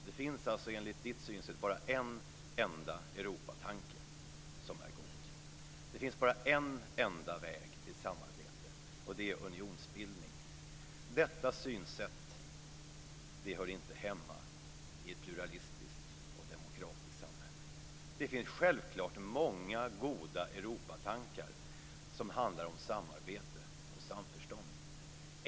Det finns alltså enligt Bo Lundgrens synsätt bara en enda Europatanke som är god. Det finns bara en enda väg till samarbete, och det är unionsbildning. Detta synsätt hör inte hemma i ett pluralistiskt och demokratiskt samhälle. Det finns självklart många goda Europatankar som handlar om samarbete och samförstånd.